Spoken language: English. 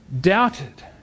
doubted